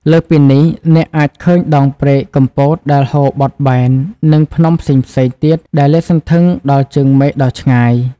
លើសពីនេះ អ្នកអាចឃើញដងព្រែកកំពតដែលហូរបត់បែន និងភ្នំផ្សេងៗទៀតដែលលាតសន្ធឹងដល់ជើងមេឃដ៏ឆ្ងាយ។